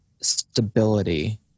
stability